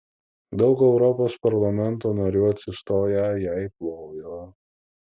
daug europos parlamento narių atsistoję jai plojo